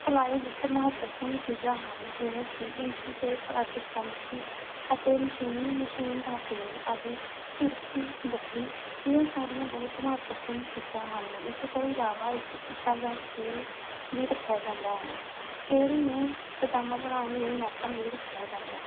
ਸਿਲਾਈ ਵਿੱਚ ਮਹੱਤਵਪੂਰਨ ਚੀਜ਼ਾਂ ਹਨ ਜਿਵੇਂ ਕਿ ਇੰਚੀ ਟੇਪ ਅਤੇ ਕੈਂਚੀ ਅਤੇ ਮਸ਼ੀਨ ਮਸ਼ੀਨ ਦਾ ਤੇਲ ਅਤੇ ਫਿਰਕੀ ਡੱਬੀ ਇਹ ਸਾਰੀਆਂ ਬਹੁਤ ਮਹੱਤਵਪੂਰਨ ਚੀਜ਼ਾਂ ਹਨ ਇਸ ਤੋਂ ਇਲਾਵਾ ਇੱਕ ਫੁੱਟਾ ਜਾਂ ਸਕੇਲ ਵੀ ਰੱਖਿਆ ਜਾਂਦਾ ਹੈ ਸਕੇਲ ਨੂੰ ਪਜਾਮਾ ਬਣਾਉਣ ਲਈ ਨਾਪਣ ਲਈ ਰੱਖਿਆ ਜਾਂਦਾ ਹੈ